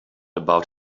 about